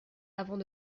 avant